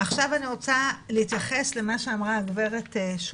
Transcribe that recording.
עכשיו אני רוצה להתייחס למה שאמרה הגברת שוקרון,